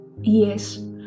Yes